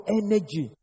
energy